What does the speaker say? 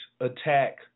attack